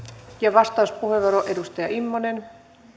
vastauspuheenvuoro edustaja immonen